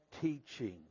teaching